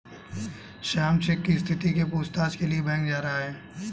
Shyam cheque की स्थिति के पूछताछ के लिए बैंक जा रहा है